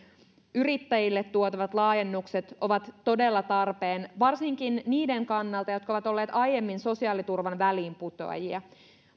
yrittäjille tuotavat laajennukset ovat todella tarpeen varsinkin niiden kannalta jotka ovat olleet aiemmin sosiaaliturvan väliinputoajia